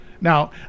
Now